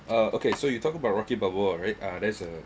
uh okay so you talk about rocky balboa right uh that's a